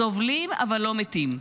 סובלים אבל לא מתים.